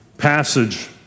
passage